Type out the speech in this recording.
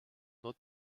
not